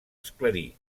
esclarir